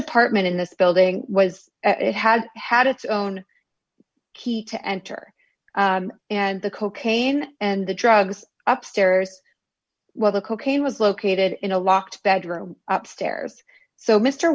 apartment in this building was it had had its own key to enter and the cocaine and the drugs upstairs well the cocaine was located in a locked bedroom upstairs so mr